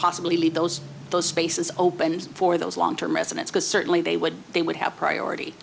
possibly leave those those spaces open for those long term residents because certainly they would they would have priority